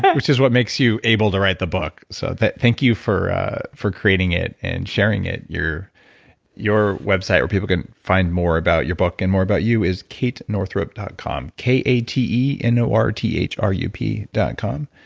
but which is what makes you able to write the book. so thank you for for creating it and sharing it. your your website where people can find more about your book and more about you is katenorthrup dot com, k a t e n o r t h r u p dot com.